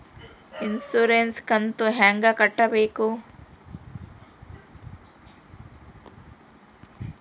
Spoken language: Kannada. ಇನ್ಸುರೆನ್ಸ್ ಕಂತು ಹೆಂಗ ಕಟ್ಟಬೇಕು?